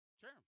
Sure